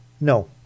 No